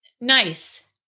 Nice